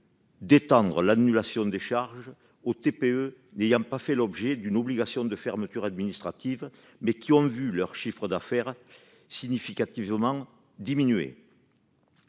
d'étendre l'annulation des charges aux TPE n'ayant pas fait l'objet d'une obligation de fermeture administrative, mais qui ont vu leur chiffre d'affaires significativement diminué